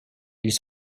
ils